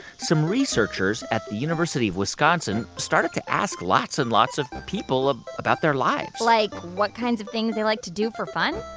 some researchers at the university of wisconsin started to ask lots and lots of people have ah about their lives like, what kinds of things they like to do for fun?